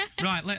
Right